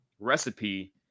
recipe